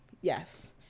yes